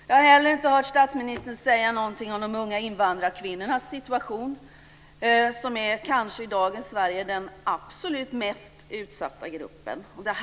Jag har inte heller hört statsministern säga någonting om de unga invandrarkvinnornas situation. De utgör kanske den absolut mest utsatta gruppen i dagens Sverige.